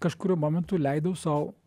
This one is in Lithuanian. kažkuriuo momentu leidau sau